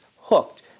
hooked